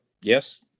Yes